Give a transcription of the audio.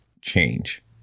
change